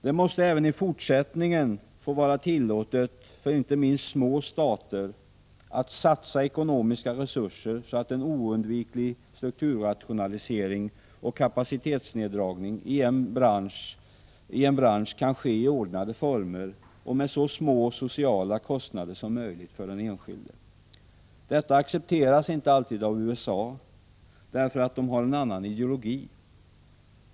Det måste även i fortsättningen få vara tillåtet för inte minst små stater att satsa ekonomiska resurser så att en oundviklig strukturrationalisering och kapacitetsneddragning i en bransch kan ske i ordnade former och med så små sociala konsekvenser som möjligt för den enskilde. Detta accepteras inte alltid av USA, därför att man där har en annan ideologi.